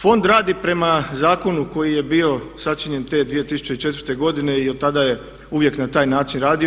Fond radi prema zakonu koji je bio sačinjen te 2004. godine i otada je uvijek na taj način radio.